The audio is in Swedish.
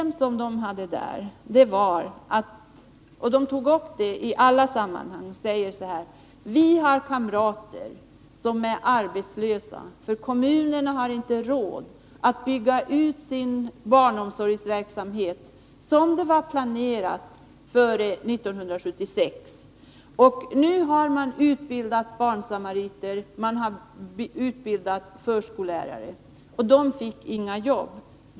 Man hade där ett problem, som man tog fram i alla sammanhang. Man förklarade att man hade kamrater som var arbetslösa därför att kommunerna inte hade råd att bygga ut sin barnomsorg så som planerats före 1976. Utbildning hade skett av barnsamariter och förskollärare, men de fick inga jobb.